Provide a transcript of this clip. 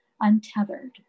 untethered